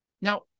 Now